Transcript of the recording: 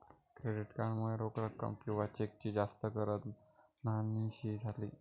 credit card मुळे रोख रक्कम किंवा चेकची जास्त गरज न्हाहीशी झाली